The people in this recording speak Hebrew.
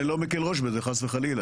אני לא מקל ראש בזה חס וחלילה,